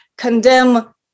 condemn